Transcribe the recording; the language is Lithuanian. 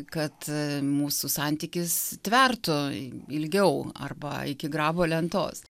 kad mūsų santykis tvertų ilgiau arba iki grabo lentos